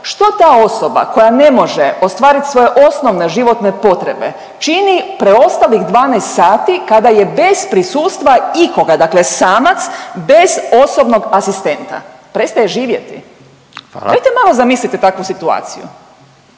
što ta osoba koja ne može ostvarit svoje osnovne životne potrebe čini preostalih 12 sati kada je bez prisustva ikoga, dakle samac bez osobnog asistenta? Prestaje živjeti? …/Upadica Radin: Hvala/… Dajte malo zamislite takvu situaciju.